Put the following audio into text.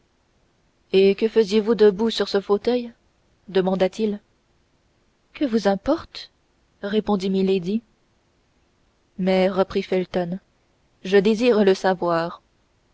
et que faisiez-vous debout sur ce fauteuil demanda-t-il que vous importe répondit milady mais reprit felton je désire le savoir